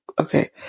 okay